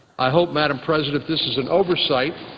i hope, madam president, this is an oversight.